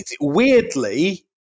weirdly